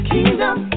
Kingdom